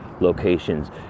locations